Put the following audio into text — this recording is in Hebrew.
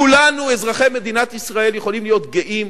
כולנו, אזרחי מדינת ישראל, יכולים להיות גאים